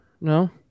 No